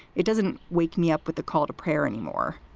it doesn't wake me up with the call to prayer anymore.